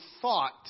thought